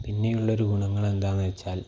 പിന്നെയുള്ളൊരു ഗുണങ്ങൾ എന്താണെന്ന് വച്ചാൽ